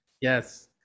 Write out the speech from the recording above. Yes